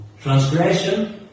transgression